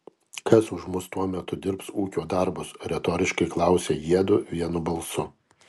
kas už mus tuo metu dirbs ūkio darbus retoriškai klausia jiedu vienu balsu